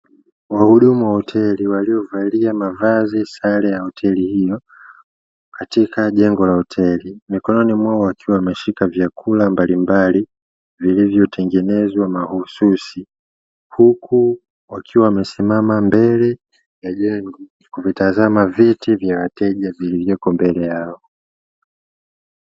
Wahudumu wa hoteli waliovalia mavazi sare ya hoteli hiyo, katika jengo la hoteli mikononi mwao wakiwa wameshika vyakula mbalimbali, vilivyotengenezwa mahususi huku wakiwa wamesimama mbele ya jengo, kuvitazama viti vya wateja vilivyoko mbele yao.